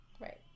Right